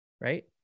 right